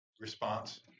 response